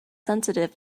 sensitive